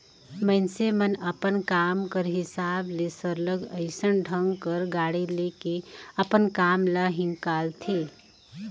मइनसे मन अपन काम कर हिसाब ले सरलग अइसन ढंग कर गाड़ी ले के अपन काम ल हिंकालथें